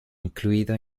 incluido